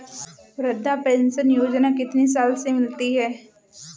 वृद्धा पेंशन योजना कितनी साल से मिलती है?